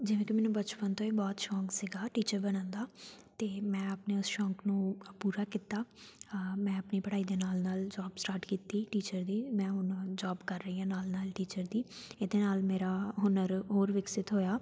ਜਿਵੇਂ ਕਿ ਮੈਨੂੰ ਬਚਪਨ ਤੋਂ ਹੀ ਬਹੁਤ ਸ਼ੌਕ ਸੀਗਾ ਟੀਚਰ ਬਣਨ ਦਾ ਅਤੇ ਮੈਂ ਆਪਣੇ ਉਸ ਸ਼ੌਕ ਨੂੰ ਪੂਰਾ ਕੀਤਾ ਮੈਂ ਆਪਣੀ ਪੜ੍ਹਾਈ ਦੇ ਨਾਲ ਨਾਲ ਜੋਬ ਸਟਾਰਟ ਕੀਤੀ ਟੀਚਰ ਦੀ ਮੈਂ ਹੁਣ ਜੋਬ ਕਰ ਰਹੀ ਹਾਂ ਨਾਲ ਨਾਲ ਟੀਚਰ ਦੀ ਇਹਦੇ ਨਾਲ ਮੇਰਾ ਹੁਨਰ ਹੋਰ ਵਿਕਸਿਤ ਹੋਇਆ